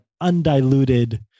undiluted